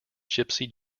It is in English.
gipsy